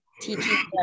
teaching